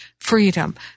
freedom